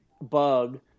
bug